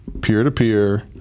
peer-to-peer